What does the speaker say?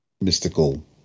mystical